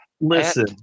Listen